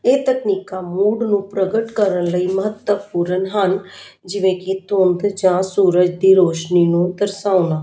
ਇਹ ਤਕਨੀਕਾਂ ਮੂਡ ਨੂੰ ਪ੍ਰਗਟ ਕਰਨ ਲਈ ਮਹੱਤਵਪੂਰਨ ਹਨ ਜਿਵੇਂ ਕਿ ਧੁੰਦ ਜਾਂ ਸੂਰਜ ਦੀ ਰੋਸ਼ਨੀ ਨੂੰ ਦਰਸਾਉਣਾ